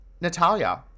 Natalia